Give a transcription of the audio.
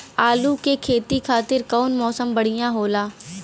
आलू के खेती खातिर कउन मौसम बढ़ियां होला?